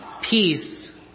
Peace